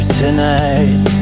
tonight